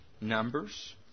Numbers